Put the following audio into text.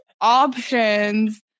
options